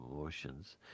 emotions